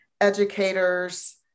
educators